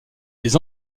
les